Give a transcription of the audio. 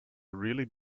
really